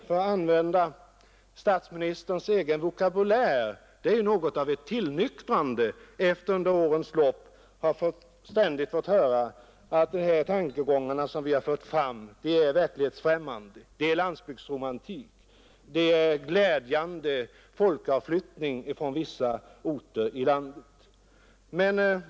För att använda statsministerns egen vokabulär är det fråga om något av ett tillnyktrande, sedan vi under årens lopp ständigt fått höra att de tankegångar vi fört fram är verklighetsfrämmande och uttryck för landsbygdsromantik, att avflyttningen från vissa orter från landet är glädjande, osv.